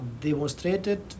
demonstrated